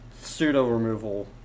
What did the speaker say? pseudo-removal